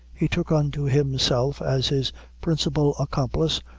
he took unto himself as his principal accomplice,